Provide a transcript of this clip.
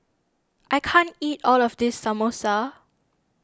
I can't eat all of this Samosa